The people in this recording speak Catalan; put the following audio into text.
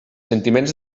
sentiments